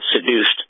seduced